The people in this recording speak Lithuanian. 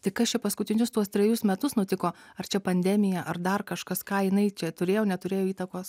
tai kas čia paskutinius tuos trejus metus nutiko ar čia pandemija ar dar kažkas ką jinai čia turėjo neturėjo įtakos